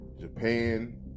Japan